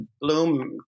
Bloom